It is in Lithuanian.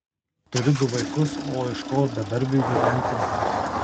turi du vaikus o iš ko bedarbiui gyventi